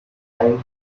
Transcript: kind